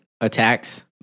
attacks